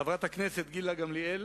חברת הכנסת גילה גמליאל